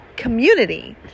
community